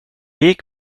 gick